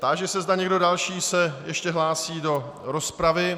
Táži se, zda někdo další se ještě hlásí do rozpravy.